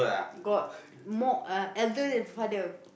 got more elder then father